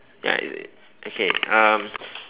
ya it is okay um